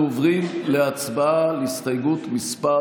אנחנו עוברים להצבעה על הסתייגות מס'